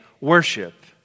worship